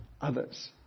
others